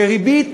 בריבית